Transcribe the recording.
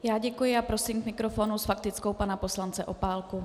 Já děkuji a prosím k mikrofonu s faktickou pana poslance Opálku.